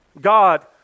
God